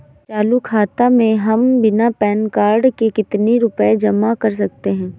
चालू खाता में हम बिना पैन कार्ड के कितनी रूपए जमा कर सकते हैं?